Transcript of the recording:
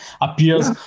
appears